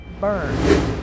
burn